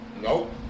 nope